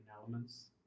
elements